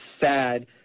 sad